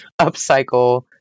upcycle